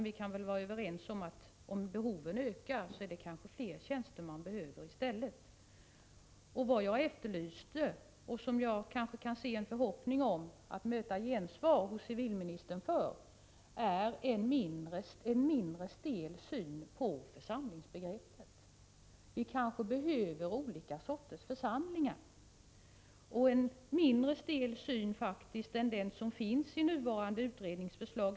Vi kan väl vara överens om att om behoven ökar kanske det är fler tjänster som behövs i stället. Vad jag efterlyste — som jag kanske kan hysa en förhoppning om att möta gensvar hos civilministern för — var en mindre stel syn på församlingsbegreppet. Vi kanske behöver olika sorters församlingar och en mindre stel syn, faktiskt, än den som finns i nuvarande utredningsförslag.